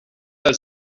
del